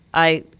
i,